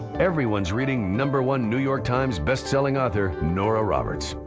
everyone's reading number one new york times bestselling author nora roberts.